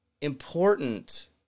important